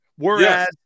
Whereas